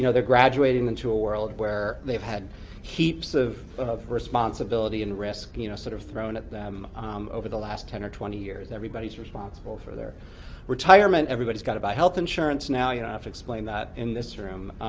you know they're graduating into a world where they've had heaps of of responsibility and risk you know sort of thrown at them over the last ten twenty years. everybody's responsible for their retirement, everybody's got to buy health insurance now. you don't have to explain that in this room!